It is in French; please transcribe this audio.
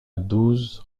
douze